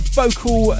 vocal